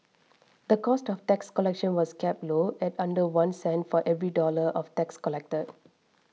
the cost of tax collection was kept low at under one cent for every dollar of tax collected